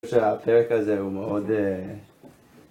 של הפרק הזה הוא מאוד, אהה